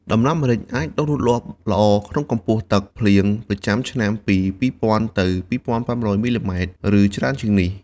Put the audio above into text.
ដំណាំម្រេចអាចដាំដុះលូតលាស់ល្អ ក្នុងកម្ពស់ទឹកភ្លៀងប្រចាំឆ្នាំពី ២០០០ ទៅ ២៥០០ មីលីម៉ែត្រ ឬច្រើនជាងនេះ។